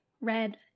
red